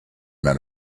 men